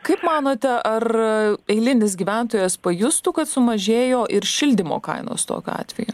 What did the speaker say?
kaip manote ar eilinis gyventojas pajustų kad sumažėjo ir šildymo kainos tokiu atveju